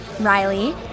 Riley